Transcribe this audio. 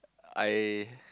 I